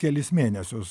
kelis mėnesius